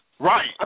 Right